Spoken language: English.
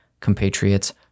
compatriots